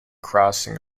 crossing